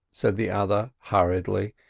said the other hurriedly.